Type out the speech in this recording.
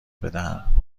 بدهم